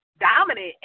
dominant